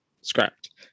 scrapped